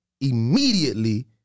Immediately